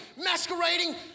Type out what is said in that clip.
masquerading